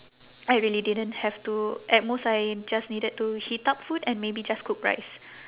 I really didn't have to at most I just needed to heat up food and maybe just cook rice